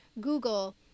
Google